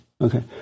Okay